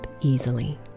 easily